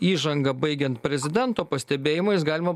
įžangą baigiant prezidento pastebėjimais galima